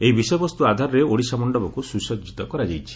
ଏହି ବିଷୟବସ୍ତୁ ଆଧାରରେ ଓଡ଼ିଶା ମଣ୍ଡପକୁ ସୁସଜିତ କରାଯାଇଛି